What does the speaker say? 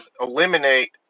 eliminate